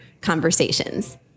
conversations